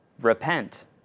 Repent